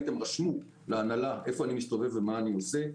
הם רשמו להנהלה איפה אני מסתובב ומה אני עושה.